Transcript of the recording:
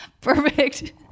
Perfect